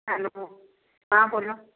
hello हाँ बोलो